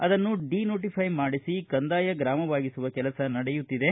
ಅದನ್ನು ಡಿನೋಟಫೈ ಮಾಡಿಸಿ ಕಂದಾಯ ಗ್ರಾಮವಾಗಿಸುವ ಕೆಲಸ ನಡೆಯುತ್ತಿದೆ